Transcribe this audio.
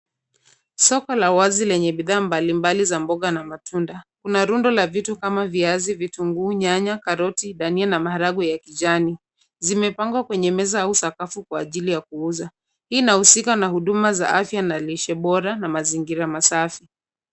Soko la wazi lenye bidhaa mbalimbali za mboga na matunda. Kuna rundo la vitu kama viazi, vitunguu, nyanya, karoti, dania na maharagwe ya kijani. Zimepangwa kwenye meza au sakafu kwa ajili ya kuuza. Hii inahusika na huduma za afya na lishe bora na mazingira masafi.